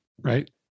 right